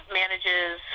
manages